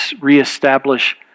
reestablish